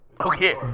Okay